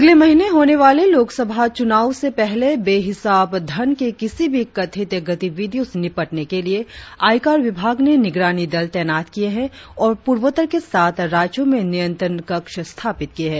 अगले महीने होने वाले लोकसभा चुनाव से पहले बेहिसाब धन के किसी भी कथित गतिविधियों से निपटने के लिए आयकर विभाग ने निगरानी दल तैनात किए है और पूर्वोत्तर के सात राज्यों में नियंत्रण कक्ष स्थापित किए है